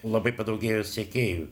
labai padaugėjo sekėjų